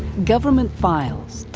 government files,